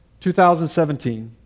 2017